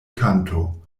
kanto